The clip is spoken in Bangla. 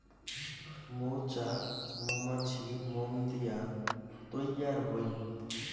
মৌচাক মৌমাছির মোম দিয়া তৈয়ার হই